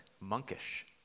monkish